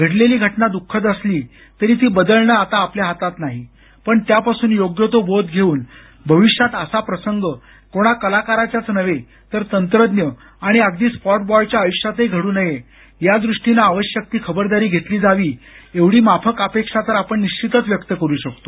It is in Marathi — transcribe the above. घडलेली घटना द्ःखद असली तरी ती बदलणं आता आपल्या हातात नाही पण त्यापासून योग्य तो बोध घेऊन भविष्यात असा प्रसंग कोणा कलाकाराच्याच नव्हे तर तंत्रज्ञ आणि अगदी स्पॉट बॉय च्या आयुष्यातही घड् नये यादृष्टीनं आवश्यक ती खबरदारी घेतली जावी एवढी अपेक्षा तर आपण निश्वितच व्यक्त करू शकतो